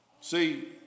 See